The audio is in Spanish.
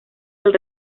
del